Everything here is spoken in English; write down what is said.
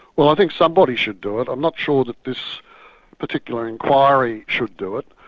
well, i think somebody should do it. i'm not sure that this particular inquiry should do it.